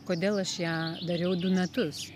kodėl aš ją dariau du metus